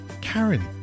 Karen